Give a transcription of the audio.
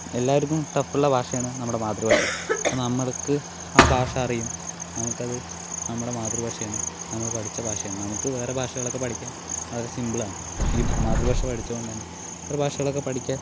എല്ലാർക്കും ടഫ്ഫുള്ള ഭാഷയാണ് നമ്മുടെ മാതൃഭാഷ അപ്പോൾ നമ്മൾക്ക് ആ ഭാഷ അറിയും നമുക്കത് നമ്മുടെ മാതൃഭാഷയാണ് നമ്മൾ പഠിച്ച ഭാഷയാണ് നമുക്ക് വേറെ ഭാഷകളൊക്കെ പഠിക്കാൻ വളരെ സിമ്പിളാണ് ഈ മാതൃഭാഷ പഠിച്ചതുകൊണ്ട് തന്നെ വേറെ ഭാഷകളൊക്കെ പഠിക്കാൻ